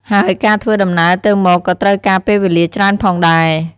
ហើយការធ្វើដំណើរទៅមកក៏ត្រូវការពេលវេលាច្រើនផងដែរ។